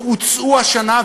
הוצאו השנה,